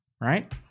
right